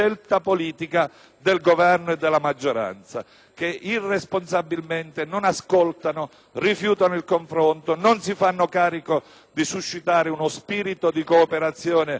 del Governo e della maggioranza che irresponsabilmente non ascoltano, rifiutano il confronto, non si fanno carico di suscitare uno spirito di cooperazione nazionale